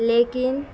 لیکن